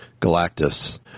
Galactus